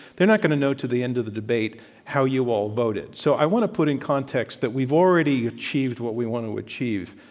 they're not going to know till the end of the debate how you all voted. so i want to put in context that we've already achieved what we want to achieve.